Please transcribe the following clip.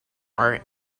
are